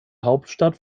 hauptstadt